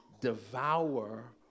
devour